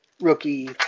rookie